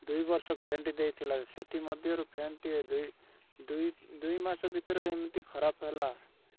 ଦୁଇ ବର୍ଷ ଗ୍ୟାରେଣ୍ଟି ଦେଇଥିଲା ସେଥିମଧ୍ୟରୁ ଫ୍ୟାନ୍ଟିଏ ଦୁଇ ଦୁଇ ଦୁଇ ମାସ ଭିତରେ ଏମିତି ଖରାପ ହେଲା